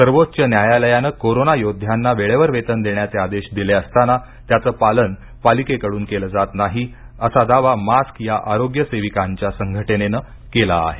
सर्वोच्च न्यायालयान कोरोना योद्धांना वेळेवर वेतन देण्याचे आदेश दिले असताना त्याच पालन पालिकेकडून केल जात नाही असा दावा मास्क या आरोग्य सेविकांच्या संघटनेन केला आहे